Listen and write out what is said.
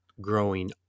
growing